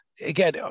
again